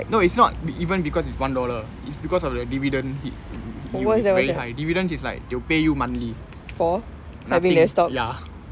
no it's not even because it's one dollar is because of the dividend hit it it's very high dividends it's like they'll pay you monthly nothing ya